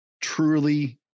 Truly